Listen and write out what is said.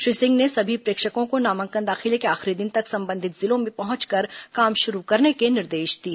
श्री सिंह ने सभी प्रेक्षकों को नामांकन दाखिले को आखिरी दिन तक संबंधित जिलों में पहुंचकर काम शुरू करने के निर्देश दिए